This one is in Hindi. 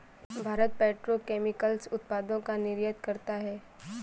भारत पेट्रो केमिकल्स उत्पादों का निर्यात करता है